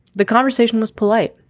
the conversation was polite.